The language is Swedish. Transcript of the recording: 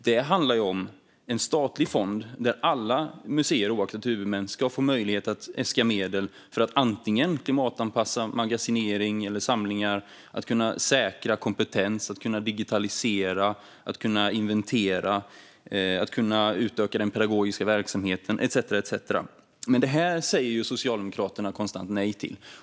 Det handlar om en statlig fond där alla museer oavsett huvudman ska kunna äska medel för att klimatanpassa magasinering eller samlingar, säkra kompetens, digitalisera, inventera, utöka den pedagogiska verksamheten etcetera. Men detta säger Socialdemokraterna konstant nej till.